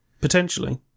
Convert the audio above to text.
Potentially